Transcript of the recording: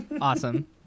Awesome